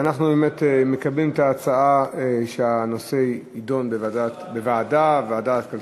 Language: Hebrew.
אז אנחנו באמת מקבלים את ההצעה שהנושא יידון בוועדת הכלכלה.